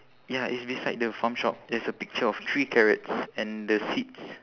ya it's beside the farm shop there's a picture of three carrots and the seeds